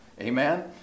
Amen